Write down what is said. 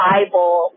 Bible